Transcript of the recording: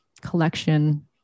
collection